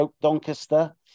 Doncaster